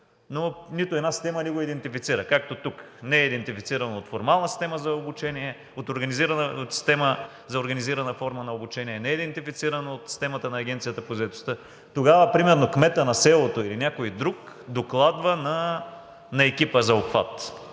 но нито една система не го идентифицира. Както тук – не е идентифициран от формална система за обучение, от организирана система за организирана форма на обучение, не е идентифициран от системата на Агенцията по заетостта. Тогава примерно кметът на селото или някой друг докладва на екипа за обхват